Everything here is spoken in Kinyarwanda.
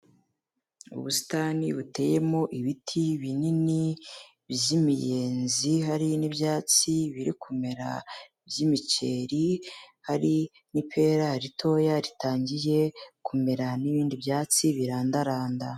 Ubusitani buteyemo ibiti binini by'imiyenzi, hari n'ibyatsi biri kumera by'imikeri, hari n'ipera ritoya ritangiye kumera n'ibindi byatsi birandaranda.